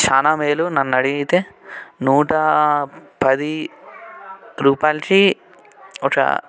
చాలా మేలు నన్ను అడిగితే నూటా పది రూపాయలకి ఒక